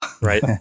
Right